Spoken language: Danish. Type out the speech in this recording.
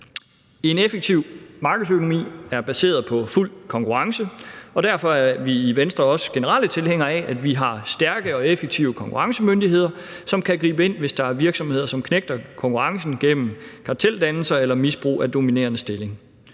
En effektiv markedsøkonomi er baseret på fuld konkurrence, og derfor er vi i Venstre også generelt tilhængere af, at vi har stærke og effektive konkurrencemyndigheder, som kan gribe ind, hvis der er virksomheder, som knægter konkurrencen gennem karteldannelser eller misbrug af sin dominerende stilling.